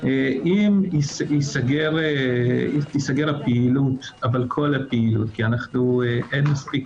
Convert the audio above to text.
אם תיסגר הפעילות, אבל כל הפעילות, כי אין מספיק